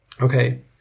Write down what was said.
Okay